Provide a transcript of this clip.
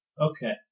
Okay